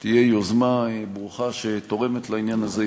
תהיה יוזמה ברוכה שתורמת לעניין הזה,